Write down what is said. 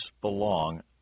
belong